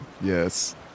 Yes